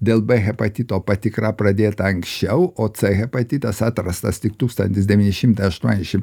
dėl b hepatito patikra pradėta anksčiau o c hepatitas atrastas tik tūkstantis devyni šimtai aštuoniasdešimt